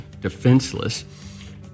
defenseless